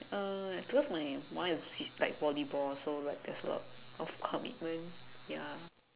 uh because my one is is like volleyball so like there is a lot of commitment ya